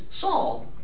Saul